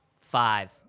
Five